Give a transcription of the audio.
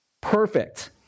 Perfect